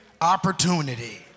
opportunity